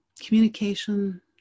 communication